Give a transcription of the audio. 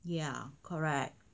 ya correct